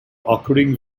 occurring